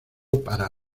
para